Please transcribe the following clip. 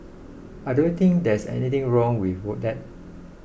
I don't think there's anything wrong with what that